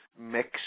mix